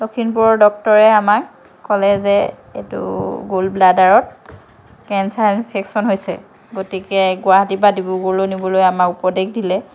লখিমপুৰৰ ডক্তৰে আমাক ক'লে যে এইটো গল ব্লাডাৰত কেনচাৰ ইনফেকচন হৈছে গতিকে গুৱাহাটীৰ পৰা ডিব্ৰুগড়লৈ নিবলৈ আমাক উপদেশ দিলে